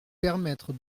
permettre